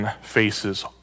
faces